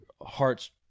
heart's